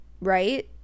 right